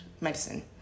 medicine